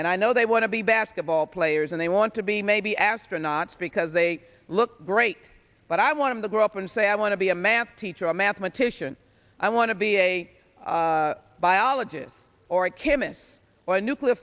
and i know they want to be basketball players and they want to be maybe astronauts because they look great but i want to grow up and say i want to be a math teacher or a mathematician i want to be a biologist or a chemist or a nuclear